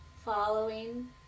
following